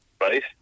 right